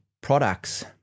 products